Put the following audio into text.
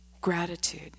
Gratitude